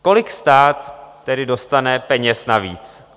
Kolik stát tedy dostane peněz navíc?